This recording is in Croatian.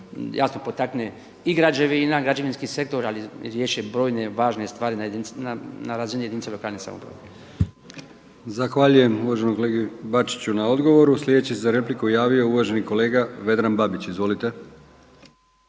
jasno potakne i građevina, građevinski sektor ali i riješe brojne, važne stvari na razini jedinice lokalne samouprave.